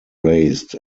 raised